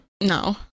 No